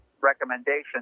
recommendation